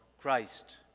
Christ